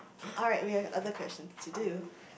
alright we have other questions to do